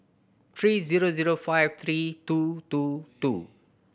three zero zero five three two two two